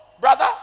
brother